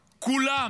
כולם.